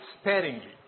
sparingly